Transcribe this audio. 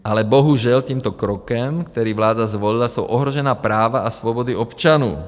Ale bohužel tímto krokem, který vláda zvolila, jsou ohrožena práva a svobody občanů.